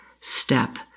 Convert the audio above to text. step